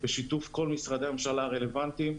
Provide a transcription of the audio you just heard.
בשיתוף כל משרדי הממשלה הרלבנטיים,